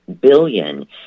billion